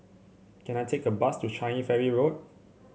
can I take a bus to Changi Ferry Road